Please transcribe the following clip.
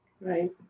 right